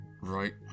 Right